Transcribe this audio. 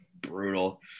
Brutal